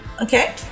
Okay